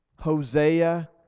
hosea